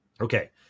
Okay